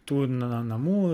tų na namų